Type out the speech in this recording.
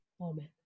Amen